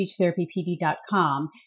speechtherapypd.com